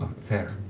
Fair